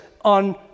on